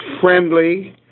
friendly